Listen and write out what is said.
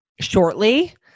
shortly